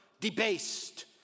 debased